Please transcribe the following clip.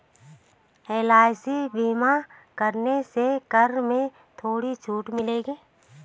LIC बीमा करवाने से कर में थोड़ी छूट मिलेगी